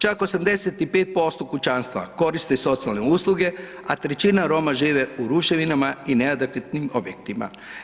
Čak 85% kućanstava koriste socijalne usluge, a 1/3 Roma žive u ruševinama i neadekvatnim objektima.